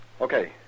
Okay